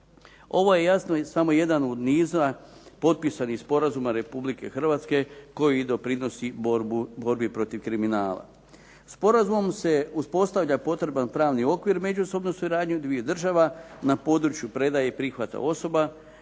Ovo je jasno samo jedan u nizu potpisanih sporazuma Republike Hrvatske koji doprinosi borbi protiv kriminala. Sporazumom se uspostavlja potreban pravni okvir međusobne suradnje dviju država na području predaje i prihvata osoba